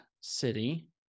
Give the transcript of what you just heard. city